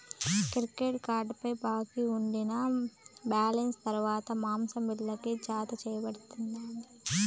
credit కార్డుపై బాకీ ఉండినా బాలెన్స్ తర్వాత మాసం బిల్లుకి, జతచేయబడతాది